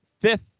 fifth